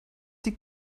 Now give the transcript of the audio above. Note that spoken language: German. die